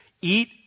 Eat